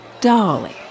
Dolly